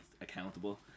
accountable